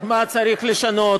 לגבי מה צריך לשנות.